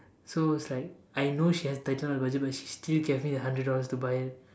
so is like I know she has tightened up the budget but she still gave me the hundred dollars to buy it